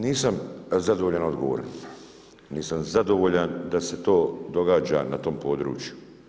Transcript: Nisam zadovoljan odgovorom, nisam zadovoljan da se to događa na tom području.